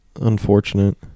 unfortunate